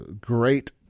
great